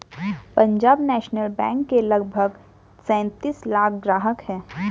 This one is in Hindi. पंजाब नेशनल बैंक के लगभग सैंतीस लाख ग्राहक हैं